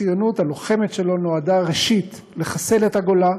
הציונות הלוחמת שלו נועדה, ראשית, לחסל את הגולה,